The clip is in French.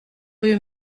rue